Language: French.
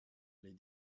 les